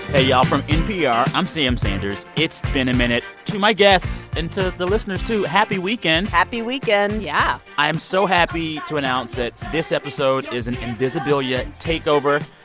hey y'all. from npr, i'm sam sanders. it's been a minute. to my guests and to the listeners too, happy weekend happy weekend yeah i am so happy to announce that this episode is an invisibilia takeover.